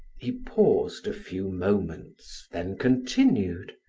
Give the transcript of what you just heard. he paused a few moments, then continued